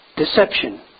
Deception